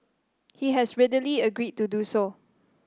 he has readily agreed to do so